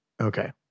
Okay